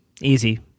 easy